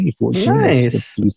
Nice